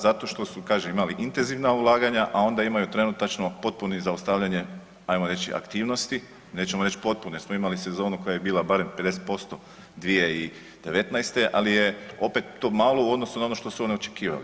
Zato što su kažem, imali intenzivna ulaganja, a onda imaju trenutačno potpuno zaustavljanje ajmo reći, aktivnosti, nećemo reći potpune jer smo imali sezonu koja je bila barem 50% 2019. ali je opet to malo u odnosu na ono što su oni očekivali.